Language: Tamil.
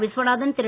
விஸ்வநாதன் திரு